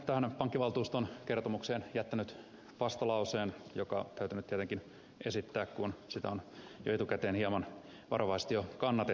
olen pankkivaltuuston kertomuksesta laadittuun mietintöön jättänyt vastalauseen joka täytyy nyt tietenkin esittää kun sitä on etukäteen hieman varovaisesti jo kannatettukin